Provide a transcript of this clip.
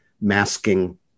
masking